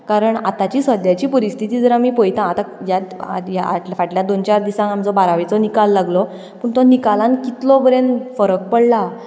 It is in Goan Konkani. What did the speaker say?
कारण आतांची सद्याची परिस्थिती जर आमी पळयतां आतां फाटल्या दोन चार दिसां आमचो बारावेचो निकाल लागलो पूण तो निकालान कितलो परेन फरक पडला